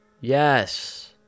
Yes